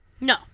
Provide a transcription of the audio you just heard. No